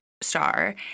star